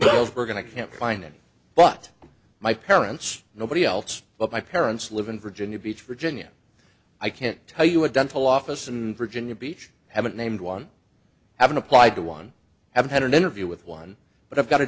close we're going to can't find any but my parents nobody else but my parents live in virginia beach virginia i can't tell you a dental office in virginia beach haven't named one haven't applied to one haven't had an interview with one but i've got a